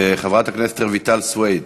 חברת הכנסת רויטל סויד,